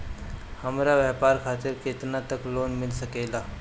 हमरा व्यापार खातिर केतना तक लोन मिल सकेला?